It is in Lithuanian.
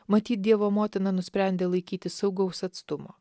matyt dievo motina nusprendė laikytis saugaus atstumo